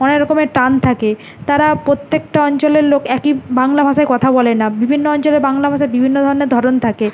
অনেক রকমের টান থাকে তারা প্রত্যেকটা অঞ্চলের লোক একই বাংলা ভাষায় কথা বলে না বিভিন্ন অঞ্চলের বাংলা ভাষার বিভিন্ন ধরনের ধরন থাকে